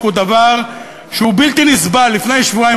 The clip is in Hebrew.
רבותי השרים,